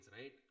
right